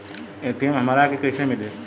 ATM हमरा के कइसे मिली?